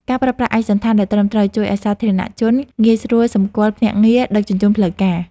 ការប្រើប្រាស់ឯកសណ្ឋានដែលត្រឹមត្រូវជួយឱ្យសាធារណជនងាយស្រួលសម្គាល់ភ្នាក់ងារដឹកជញ្ជូនផ្លូវការ។